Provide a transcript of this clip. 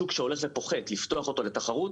שוק שהולך ופוחת, לפתוח אותו לתחרות